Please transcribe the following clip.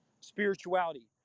spirituality